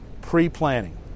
pre-planning